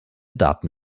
daten